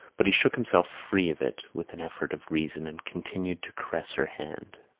but he shook himself free of it with an effort of reason and continued to caress her hand.